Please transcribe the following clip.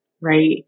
right